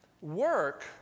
work